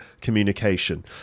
communication